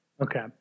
Okay